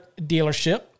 dealership